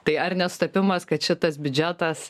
tai ar nesutapimas kad šitas biudžetas